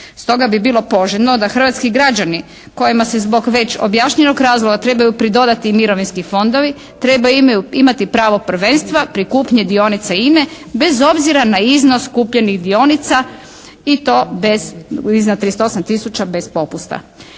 Stoga bi bilo poželjno da hrvatski građani kojima se zbog već objašnjenog razloga trebaju pridodati i mirovinski fondovi trebaju imati pravo prvenstva pri kupnji dionice INA-e bez obzira na iznos kupljenih dionica i to bez, iznad 38 tisuća bez popusta.